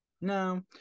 No